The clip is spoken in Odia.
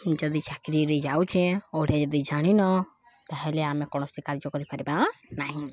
ଯଦି ଚାକିରୀରେ ଯାଉଛେଁ ଓଡ଼ିଆ ଯଦି ଜାଣିନ ତାହେଲେ ଆମେ କୌଣସି କାର୍ଯ୍ୟ କରିପାରିବା ନାହିଁ